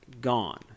gone